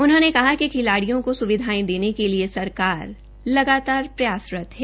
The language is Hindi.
उन्होंने कहा कि खिलाड़ियों को सुविधाएं देने के लिए सरकार लगातार प्रयासरत है